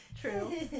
true